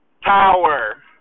power